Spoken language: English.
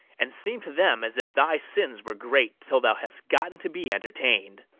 and seem to them as if thy sins were great, till thou hast gotten to be entertain'd.